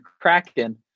Kraken